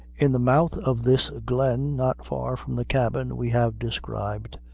in the mouth of this glen, not far from the cabin we have described,